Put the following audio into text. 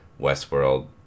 Westworld